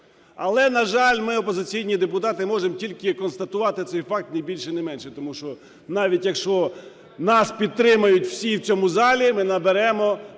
Але, на жаль, ми опозиційні депутати можемо тільки констатувати цей факт, не більше не менше. Тому що навіть, якщо нас підтримають всі в цьому залі, ми наберемо